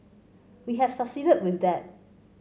we have succeeded with that